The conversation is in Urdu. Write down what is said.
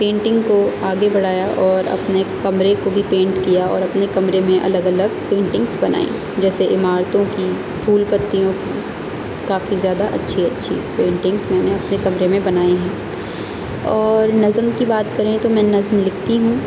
پینٹنگ کو آگے بڑھایا اور اپنے کمرے کو بھی پینٹ کیا اور اپنے کمرے میں الگ الگ پینٹنگس بنائے جیسے عمارتوں کی پھول پتیوں کافی زیادہ اچھی اچھی پینٹنگس میں نے اپنے کمرے میں بنائیں ہیں اور نظم کی بات کریں تو میں نظم لکھتی ہوں